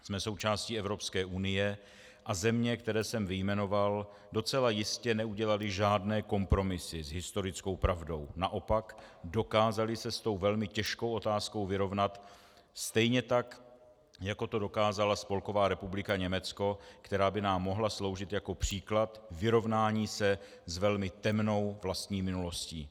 Jsme součástí Evropské unie a země, které jsem vyjmenoval, docela jistě neudělaly žádné kompromisy s historickou pravdou, naopak dokázaly se s velmi těžkou otázkou vyrovnat stejně tak, jako to dokázala Spolková republika Německo, která by nám mohla sloužit jako příklad vyrovnání se s velmi temnou vlastní minulostí.